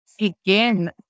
again